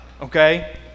Okay